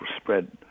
spread